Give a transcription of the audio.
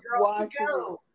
watching